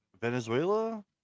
venezuela